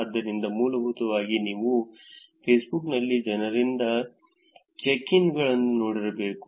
ಆದ್ದರಿಂದ ಮೂಲಭೂತವಾಗಿ ನೀವು ಫೇಸ್ಬುಕ್ನಲ್ಲಿ ಜನರಿಂದ ಚೆಕ್ ಇನ್ಗಳನ್ನು ನೋಡಿರಬೇಕು